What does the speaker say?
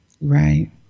Right